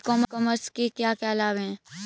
ई commerce के क्या क्या लाभ हैं?